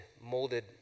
molded